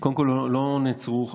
קודם כול, לא נעצרו.